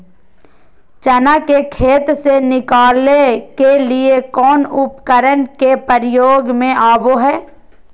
चना के खेत से निकाले के लिए कौन उपकरण के प्रयोग में आबो है?